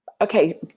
Okay